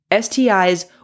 STI's